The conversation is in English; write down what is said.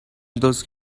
those